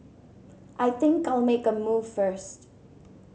I think I'll make a move first